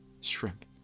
Shrimp